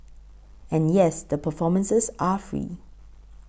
and yes the performances are free